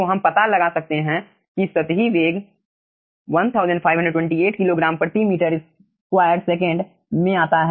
तो हम पता लगा सकते हैं कि सतही वेग 1528 किलोग्राम प्रति मीटर स्क्वायर सेकंड kgm2s में आता है